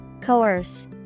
Coerce